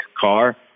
car